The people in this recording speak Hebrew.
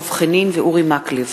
דב חנין ואורי מקלב.